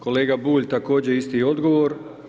Kolega Bulj također isti odgovor.